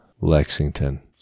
lexington